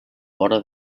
vora